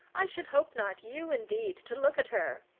i should hope not! you, indeed, to look at her!